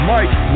Mike